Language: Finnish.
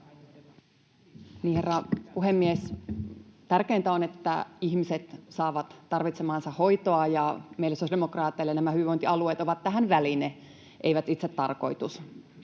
puhemies! Tärkeintä on, että ihmiset saavat tarvitsemaansa hoitoa, ja meille sosiaalidemokraateille nämä hyvinvointialueet ovat tähän väline, eivät itsetarkoitus.